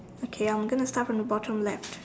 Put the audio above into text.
okay I am going to start from the bottom left